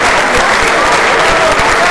האורחים מוזמנים להמשיך ולראות חוויותיו של